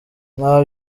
nta